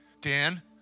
Dan